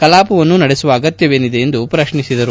ಕಲಾಪವನ್ನು ನಡೆಸುವ ಅಗತ್ತವೇನಿದೆ ಎಂದು ಪ್ರಕ್ನಿಸಿದರು